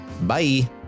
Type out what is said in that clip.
bye